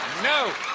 no!